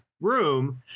room